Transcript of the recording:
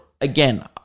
again